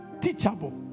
teachable